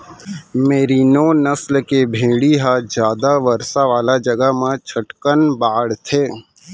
मेरिनों नसल के भेड़ी ह जादा बरसा वाला जघा म झटकन बाढ़थे